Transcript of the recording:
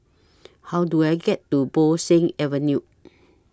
How Do I get to Bo Seng Avenue